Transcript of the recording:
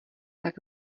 tak